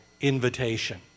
invitation